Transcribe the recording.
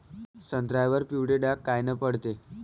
संत्र्यावर पिवळे डाग कायनं पडते?